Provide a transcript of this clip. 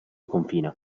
confina